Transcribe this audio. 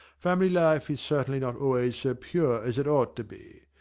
family life is certainly not always so pure as it ought to be.